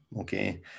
Okay